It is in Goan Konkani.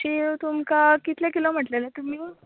शेव तुमकां कितले किलो म्हणिल्लें तुमी